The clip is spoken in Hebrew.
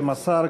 שמסר,